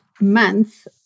month